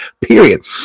period